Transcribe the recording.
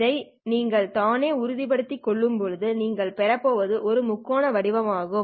இதை நீங்கள் தானே உறுதிப்படுத்திக் கொள்ளும்போது நீங்கள் பெறப்போவது ஒரு முக்கோண வடிவம் ஆகும்